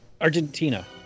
Argentina